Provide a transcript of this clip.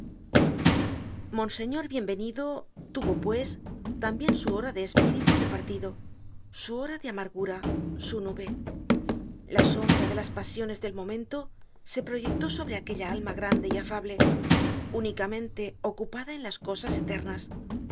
monseñor bienvenido tuvo pues tambien su hora de espíritu de partido su hora de amargura su nube la sombra de las pasiones del momento se proyectó sobre aquella alma grande y afable únicamente ocupada en las cosas eternas